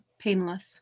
painless